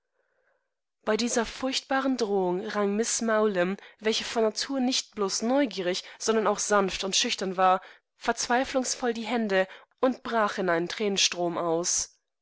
bei dieser furchtbaren drohung rang miß mowlem welche von natur nicht bloß neugierig sondern auch sanft und schüchtern war verzweiflungsvoll die hände und brachineinentränenstromaus o